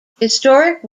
historic